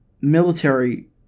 military